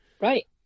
Right